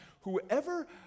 Whoever